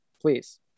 please